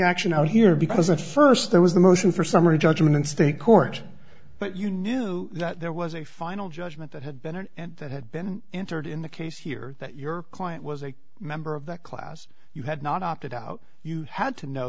action out here because at first there was the motion for summary judgment in state court but you knew that there was a final judgment that had been in and that had been entered in the case here that your client was a member of that class you had not opted out you had to know